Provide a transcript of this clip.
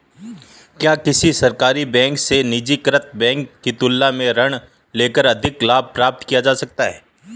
क्या किसी सरकारी बैंक से निजीकृत बैंक की तुलना में ऋण लेकर अधिक लाभ प्राप्त किया जा सकता है?